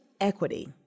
equity